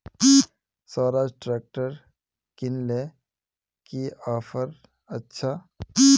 Swaraj tractor किनले की offer अच्छा?